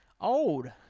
Old